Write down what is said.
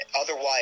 otherwise